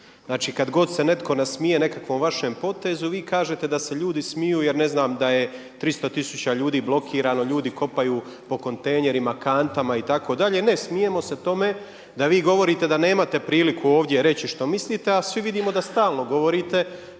znači kad god se netko nasmije nekakvom vašem potezu vi kažete da se ljudi smiju jer ne znam da je 300 tisuća ljudi blokirano, ljudi kopaju po kontejnerima, kantama itd. Ne smijemo se tome da vi govorite da nemate priliku ovdje reći što mislite a svi vidimo da stalno govorite,